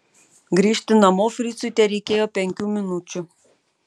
grįžti namo fricui tereikėjo penkių minučių